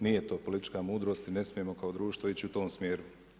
Nije to politička mudrost i ne smijemo kao društvo ići u tom smjeru.